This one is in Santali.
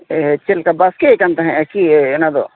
ᱪᱮᱫᱞᱮᱠᱟ ᱵᱟᱥᱠᱮ ᱟᱠᱟᱱ ᱛᱮᱦᱮᱸᱫᱼᱟᱠᱤ ᱚᱱᱟᱫᱚ